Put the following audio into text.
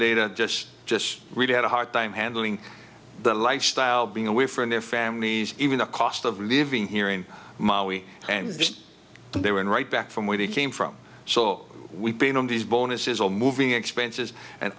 later just just really had a hard time handling the lifestyle being away from their families even the cost of living here in ma we and they were right back from where they came from so we've been on these bonuses all moving expenses and